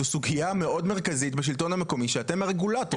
זו סוגיה מאוד מרכזית בשלטון המקומי שאתם הרגולטור שלו.